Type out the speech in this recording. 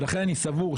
ולכן אני סבור,